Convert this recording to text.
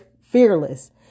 fearless